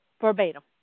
verbatim